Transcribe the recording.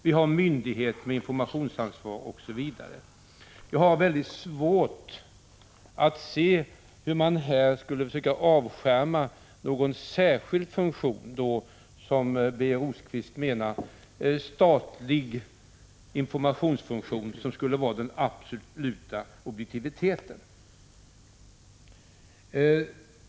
Vi har myndigheter med informationsansvar, osv. Jag har mycket svårt att se hur man, som Birger Rosqvist menar, skulle försöka avskärma någon särskild statlig informationsfunktion, som skulle innebära den absoluta objektiviteten.